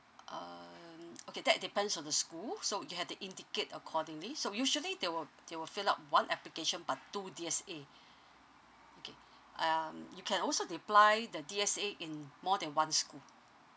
um okay that depends on the school so you have to indicate accordingly so usually they will they will fill up one application but two D_S_A okay um you can also reply the D_S_A in more than one school